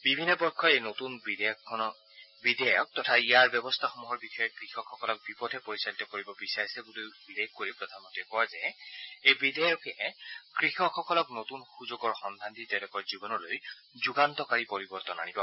বিভিন্ন পক্ষই এই নতন বিধেয়কৰ তথা ব্যৱস্থাসমূহৰ বিষয়ে কৃষকসকলক বিপথে পৰিচালিত কৰিব বিচাৰিছে বুলি উল্লেখ কৰি প্ৰধানমন্ত্ৰীয়ে কয় যে এই বিধেয়কে কৃষকসকলক নতূন সুযোগৰ সন্ধান দি তেওঁলোকৰ জীৱনলৈ যুগান্তকাৰী পৰিৱৰ্তন আনিব